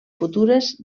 futures